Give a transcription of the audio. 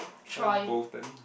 try both then